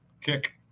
Kick